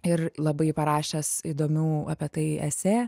ir labai parašęs įdomių apie tai esė